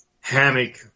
hammock